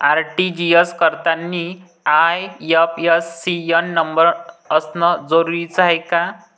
RTGS करतांनी IFSC न number असनं जरुरीच हाय का?